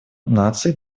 нации